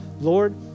Lord